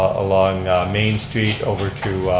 along main street, over to